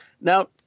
Now